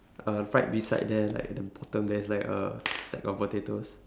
uh right beside there like at the bottom there's like a sack of potatoes